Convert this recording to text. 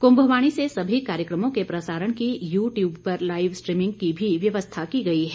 कुंभवाणी से सभी कार्यक्रमों के प्रसारण की यू ट्यूब पर लाईव स्ट्रीमिंग की भी व्यवस्था की गई है